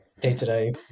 day-to-day